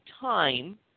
time